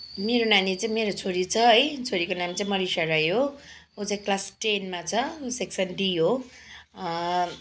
मेरो नानी चाहिँ मेरो छोरी छ है छोरीको नाम चाहिँ मनिषा राई हो ऊ चाहिँ क्लास टेनमा छ सेक्सन डी हो